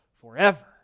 forever